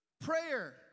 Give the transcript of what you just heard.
Prayer